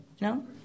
no